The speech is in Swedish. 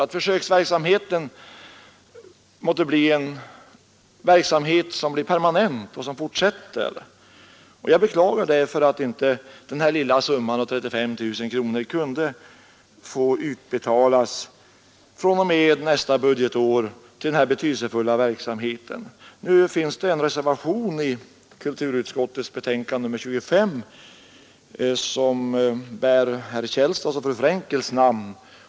Jag hoppas att försöksverksamheten blir permanent, och jag beklagar därför att inte den här lilla summan på 37 000 kronor kunde få utbetalas till denna betydelsefulla verksamhet fr.o.m. nästa budgetår. Det finns en reservation vid kulturutskottets betänkande nr 25 som bär herr Källstads och fru Fr&nkels namn.